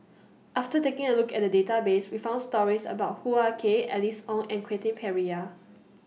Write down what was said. after taking A Look At The Database We found stories about Hoo Ah Kay Alice Ong and Quentin Pereira